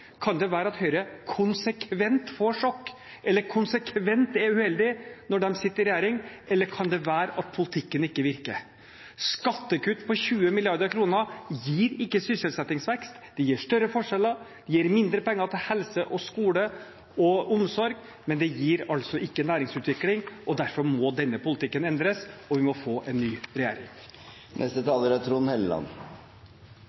Kan det være at Høyre konsekvent får sjokk eller konsekvent er uheldig når de sitter i regjering, eller kan det være at politikken ikke virker? Skattekutt på 20 mrd. kr gir ikke sysselsettingsvekst. Det gir større forskjeller og mindre penger til helse, skole og omsorg, men det gir altså ikke næringsutvikling. Derfor må denne politikken endres, og vi må få en ny regjering.